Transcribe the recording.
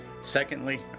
Secondly